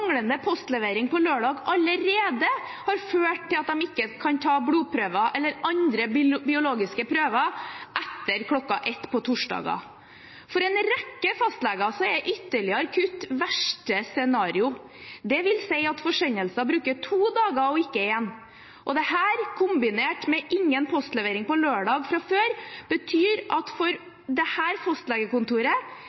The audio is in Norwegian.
manglende postlevering på lørdager allerede har ført til at de ikke kan ta blodprøver eller andre biologiske prøver etter kl. 13 på torsdager. For en rekke fastleger er ytterligere kutt verste scenario, for det vil si at forsendelser bruker to dager og ikke én. Dette – kombinert med ingen postlevering på lørdager fra før – betyr for dette fastlegekontoret at